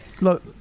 Look